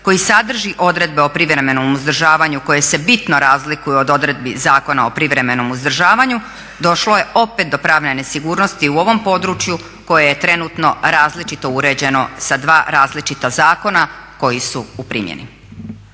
koji sadrži odredbe o privremenom uzdržavanju koje se bitno razlikuju od odredbi Zakona o privremenom uzdržavanju došlo je opet do pravne nesigurnosti u ovom području koje je trenutno različito uređeno sa dva različita zakona koji su u primjeni.